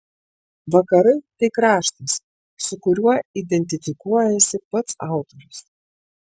vakarai tai kraštas su kuriuo identifikuojasi pats autorius